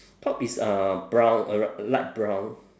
top is uh brown a ri~ light brown